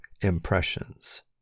impressions